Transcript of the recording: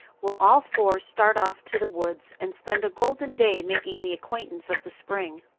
we'll all four start off to the woods and spend a golden day making the acquaintance of the spring.